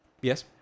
Yes